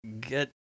get